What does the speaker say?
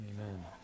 Amen